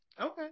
okay